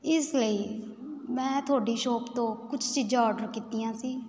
ਇਸ ਲਈ ਮੈਂ ਤੁਹਾਡੀ ਸ਼ੋਪ ਤੋਂ ਕੁਝ ਚੀਜ਼ਾਂ ਓਰਡਰ ਕੀਤੀਆਂ ਸੀ